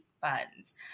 funds